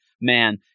man